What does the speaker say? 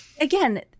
again